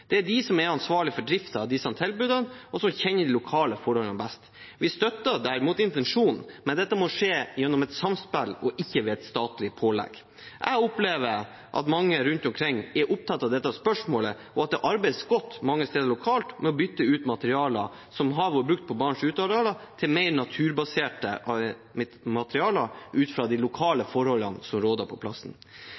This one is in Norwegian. Det er de som er ansvarlig for driften av disse tilbudene, og som kjenner de lokale forholdene best. Vi støtter derimot intensjonen, men dette må skje gjennom et samspill og ikke ved et statlig pålegg. Jeg opplever at mange rundt omkring er opptatt av dette spørsmålet, og at det arbeides godt mange steder lokalt med å bytte ut materialer som har vært brukt på barns uteområder, til mer naturbaserte materialer, ut fra de lokale